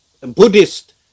Buddhist